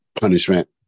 punishment